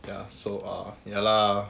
ya so err ya lah